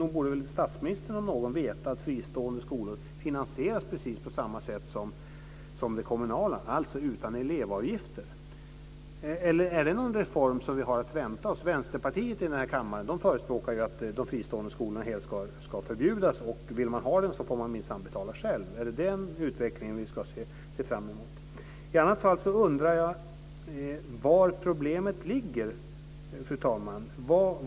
Nog borde väl statsministern om någon veta att fristående skolor finansieras precis på samma sätt som de kommunala, dvs. utan elevavgifter. Eller är det någon reform som vi har att vänta oss? Vänsterpartiet förespråkar ju i den här kammaren att de fristående skolorna helt ska förbjudas, och vill man ha dem får man minsann betala själv. Är det den utvecklingen vi ska se fram emot? I annat fall undrar jag var problemet ligger, fru talman.